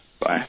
Bye